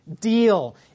deal